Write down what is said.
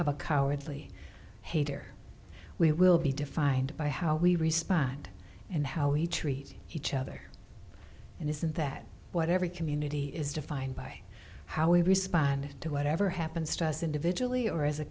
of a cowardly hater we will be defined by how we respond and how we treat each other and isn't that what every community is defined by how we respond to whatever happens to us individually or as a